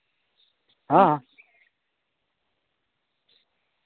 ᱦᱮᱸ